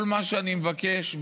כל מה שאני מבקש,